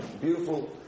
beautiful